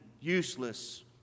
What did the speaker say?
useless